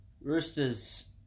Roosters